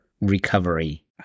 recovery